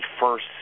first